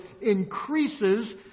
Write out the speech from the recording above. increases